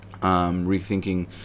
rethinking